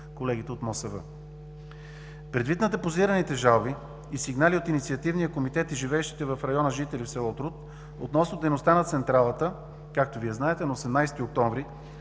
е изтекло.) Предвид депозираните жалби и сигнали от Инициативния комитет и живеещите в района жители в село Труд относно дейността на Централата, както знаете, на 18 октомври